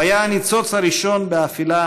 הוא היה הניצוץ הראשון באפלה,